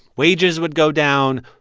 wages would go down.